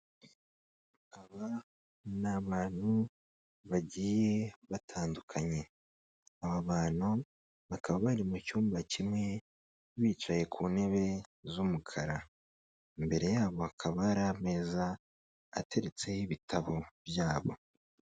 Aba ni abantu bagiye batandukanye, aba bantu bakaba bari mu cyumba kimwe bicaye ku ntebe z'umukara; imbere yabo bakaba hari ameza ateretseho ibitabo byabo.